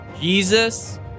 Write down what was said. Jesus